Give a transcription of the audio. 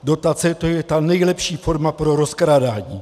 Dotace, to je ta nejlepší forma pro rozkrádání.